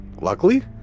luckily